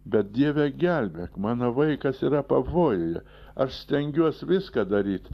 bet dieve gelbėk mano vaikas yra pavojuje aš stengiuos viską daryt